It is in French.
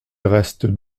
reste